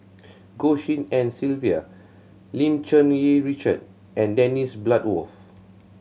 Goh Tshin En Sylvia Lim Cherng Yih Richard and Dennis Bloodworth